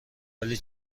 ولی